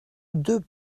deux